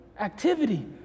activity